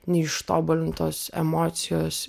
neištobulintos emocijos